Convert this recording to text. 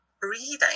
breathing